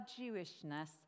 Jewishness